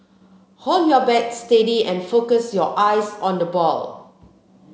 hold your bat steady and focus your eyes on the ball